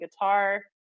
guitar